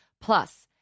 Plus